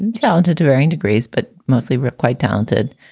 and talented to varying degrees, but mostly quite talented.